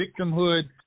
victimhood